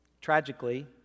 Tragically